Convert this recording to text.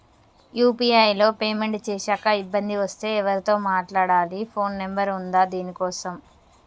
UPI లో payment చేశాక ఇబ్బంది వస్తే ఎవరితో మాట్లాడాలి? ఫోన్ నంబర్ ఉందా దీనికోసం?